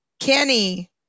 Kenny